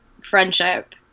friendship